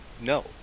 no